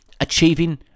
achieving